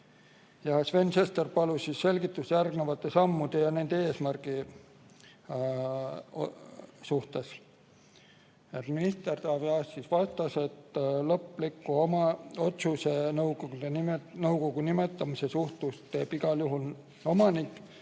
Sven Sester palus selgitust järgnevate sammude ja nende eesmärgi kohta. Minister Taavi Aas vastas, et lõpliku otsuse nõukogu nimetamise kohta teeb igal juhul omanik,